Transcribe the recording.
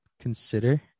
consider